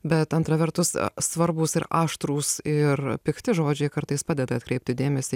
bet antra vertus svarbūs ir aštrūs ir pikti žodžiai kartais padeda atkreipti dėmesį